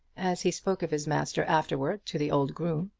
as he spoke of his master afterwards to the old groom.